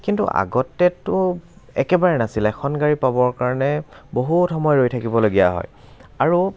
কিন্তু আগতেতো একেবাৰে নাছিলে এখন গাড়ী পাবৰ কাৰণে বহুত সময় ৰৈ থাকিবলগীয়া হয় আৰু